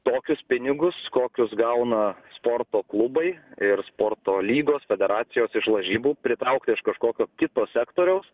tokius pinigus kokius gauna sporto klubai ir sporto lygos federacijos iš lažybų pritraukti iš kažkokio kito sektoriaus